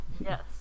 Yes